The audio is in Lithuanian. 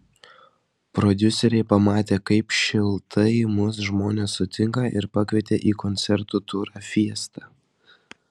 prodiuseriai pamatė kaip šiltai mus žmonės sutinka ir pakvietė į koncertų turą fiesta